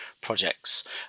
projects